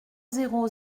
zéro